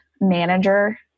manager